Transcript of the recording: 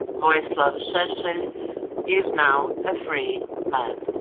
vojislav seselj is now a free man.